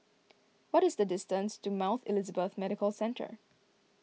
what is the distance to Mount Elizabeth Medical Centre